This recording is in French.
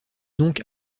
donc